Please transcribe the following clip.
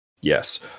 yes